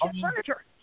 furniture